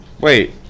Wait